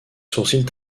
sourcils